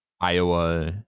Iowa